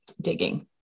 digging